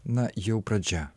na jau pradžia